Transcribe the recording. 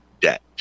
debt